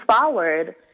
forward